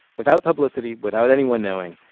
without publicity, without anyone knowing.